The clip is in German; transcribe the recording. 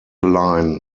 line